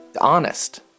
honest